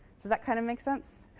does that kind of make sense?